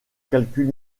calcul